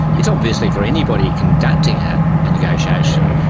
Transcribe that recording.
it's obviously, for anybody conducting a and negotiation,